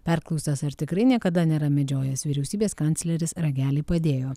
perklaustas ar tikrai niekada nėra medžiojęs vyriausybės kancleris ragelį padėjo